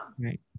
Right